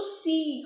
see